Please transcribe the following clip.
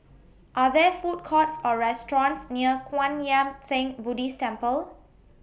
Are There Food Courts Or restaurants near Kwan Yam Theng Buddhist Temple